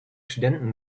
studenten